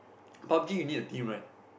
pub-G you need a team right